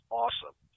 awesome